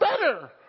better